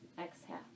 Exhale